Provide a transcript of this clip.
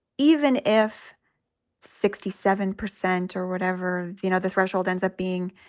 even if sixty seven percent or whatever you know the threshold ends up being,